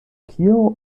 kio